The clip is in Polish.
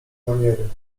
maniery